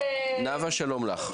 נאוה שלום לך.